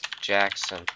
Jackson